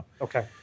Okay